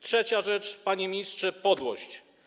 Trzecia rzecz, panie ministrze: podłość.